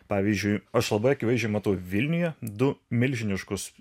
pavyzdžiui aš labai akivaizdžiai matau vilniuje du milžiniškus